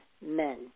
men